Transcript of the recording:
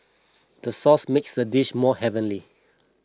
the sauce makes this dish more heavenly